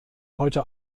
heute